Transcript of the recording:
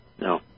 No